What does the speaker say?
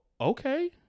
okay